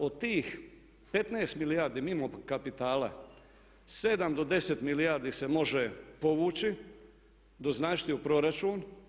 Od tih 15 milijardi mimo kapitala 7 do 10 milijardi se može povući, doznačiti u proračun.